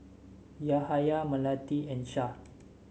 Yahaya Melati and Shah